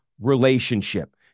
relationship